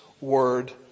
word